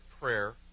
prayer